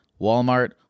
Walmart